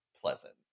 pleasant